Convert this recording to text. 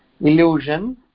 illusion